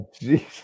jesus